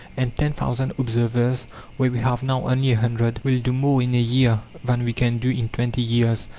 and ten thousand observers, where we have now only a hundred, will do more in a year than we can do in twenty years.